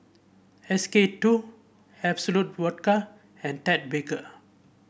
S K two Absolut Vodka and Ted Baker